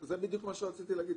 זה בדיוק מה שרציתי לומר.